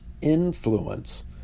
influence